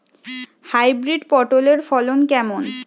Hybrid পটলের ফলন কেমন?